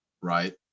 Right